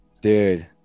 dude